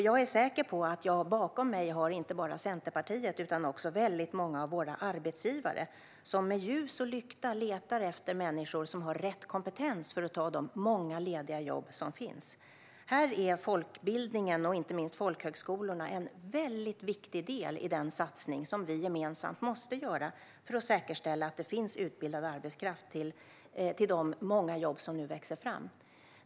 Jag är säker på att jag bakom mig har inte bara Centerpartiet utan också väldigt många av våra arbetsgivare som med ljus och lykta letar efter människor som har rätt kompetens för att ta de många lediga jobb som finns. Här är folkbildningen och inte minst folkhögskolorna en mycket viktig del i den satsning som vi gemensamt måste göra för att säkerställa att det finns utbildad arbetskraft till de många jobb som nu växer fram.